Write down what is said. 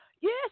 Yes